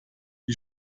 die